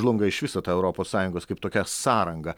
žlunga iš viso ta europos sąjungos kaip tokia sąranga